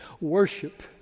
worship